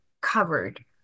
covered